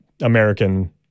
American